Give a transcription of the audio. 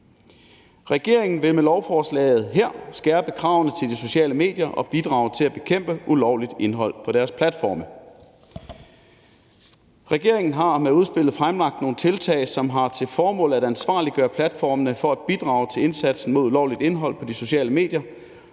Regeringen vil med lovforslaget her skærpe kravene til de sociale medier og bidrage til at bekæmpe ulovligt indhold på deres platforme. Regeringen har med udspillet fremlagt nogle tiltag, som har til formål at ansvarliggøre platformene for at bidrage til indsatsen mod ulovligt indhold på de sociale medier.